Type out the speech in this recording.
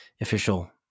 official